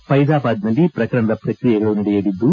ಫೈಜಾಬಾದ್ನಲ್ಲಿ ಪ್ರಕರಣದ ಪ್ರಕ್ರಿಯೆಗಳು ನಡೆಯಲಿದ್ದು